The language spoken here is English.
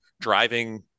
driving